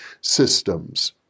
systems